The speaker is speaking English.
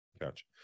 catch